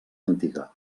antiga